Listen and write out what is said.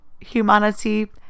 humanity